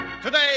Today